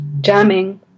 jamming